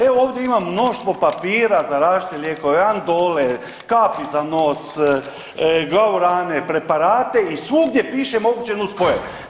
Evo ovdje imam mnoštvo papira za različite lijekove andole, kapi za nos, gaurane, preparate i svugdje piše moguće nuspojave.